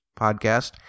podcast